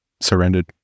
surrendered